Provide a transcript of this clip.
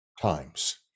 times